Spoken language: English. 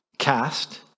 cast